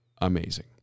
amazing